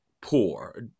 poor